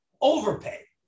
overpay